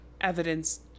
evidence